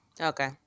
Okay